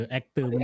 actor